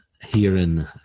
herein